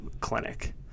clinic